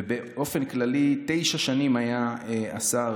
באופן כללי תשע שנים היה השר,